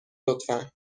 لطفا